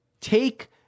take